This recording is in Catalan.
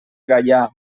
gaià